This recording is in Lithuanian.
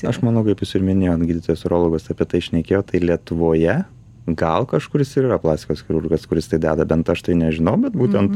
aš manau kaip jūs ir minėjot gydytojas urologas apie tai šnekėjo tai lietuvoje gal kažkuris ir yra plastikos chirurgas kuris tai deda bent aš tai nežinau bet būtent